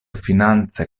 finance